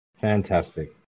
fantastic